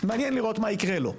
מעניין לראות מה יקרה לו.